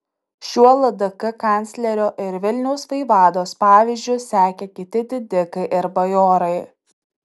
šiuo ldk kanclerio ir vilniaus vaivados pavyzdžiu sekė kiti didikai ir bajorai